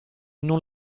non